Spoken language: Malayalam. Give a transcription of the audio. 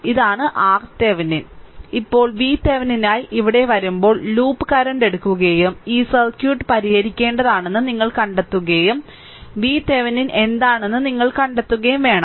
അതിനാൽ ഇത് RThevenin ആണ് ഇപ്പോൾ VThevenin നായി ഇവിടെ വരുമ്പോൾ ലൂപ്പ് കറന്റ് എടുക്കുകയും ഈ സർക്യൂട്ട് പരിഹരിക്കേണ്ടതെന്താണെന്ന് നിങ്ങൾ കണ്ടെത്തുകയും VThevenin എന്താണെന്ന് നിങ്ങൾ കണ്ടെത്തുകയും വേണം